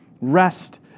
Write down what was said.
rest